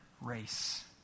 race